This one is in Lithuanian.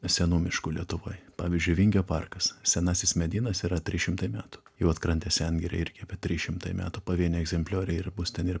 senų miškų lietuvoj pavyzdžiui vingio parkas senasis medynas yra trys šimtai metų juodkrantės sengirė irgi apie trys šimtai metų pavieniai egzemplioriai ir bus ten ir